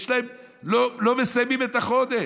הם לא מסיימים את החודש,